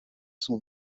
son